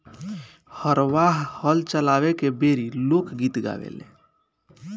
हरवाह हल चलावे बेरी लोक गीत गावेले